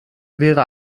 wäre